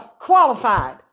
qualified